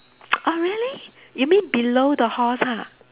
oh really you mean below the horse ha